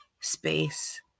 space